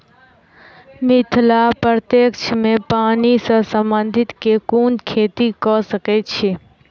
मिथिला प्रक्षेत्र मे पानि सऽ संबंधित केँ कुन खेती कऽ सकै छी?